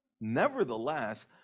Nevertheless